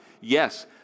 Yes